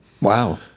Wow